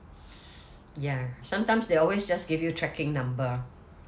ya sometimes they always just give you tracking number